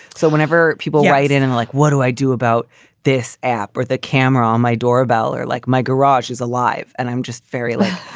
so whenever people write in and like what do i do about this app or the camera on my doorbell or like my garage is alive. and i'm just very little.